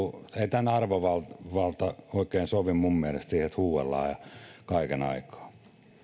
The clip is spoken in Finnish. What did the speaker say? tähän arvovaltaan oikein sovi minun mielestäni se että huudellaan kaiken aikaa